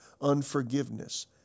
Unforgiveness